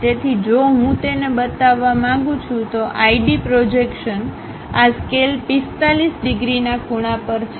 તેથી જો હું તેને બતાવવા માંગું છું તો 1D પ્રોજેક્શન આ સ્કેલ 45 ડિગ્રીના ખૂણા પર છે